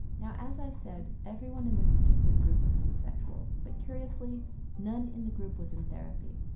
now as i said everyone in this particular group was homosexual but curiously none in the group was in therapy.